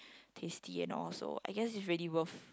tasty and all so I guess is really worth